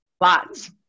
lots